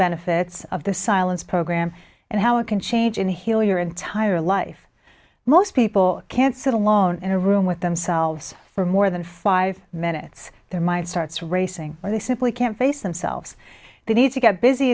benefits of the silence program and how it can change and heal your entire life most people can't sit alone in a room with themselves for more than five minutes their mind starts racing or they simply can't face themselves they need to get busy